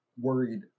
worried